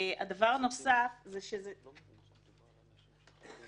דבר נוסף, אני גם חושבת